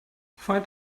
find